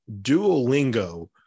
Duolingo